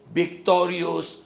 victorious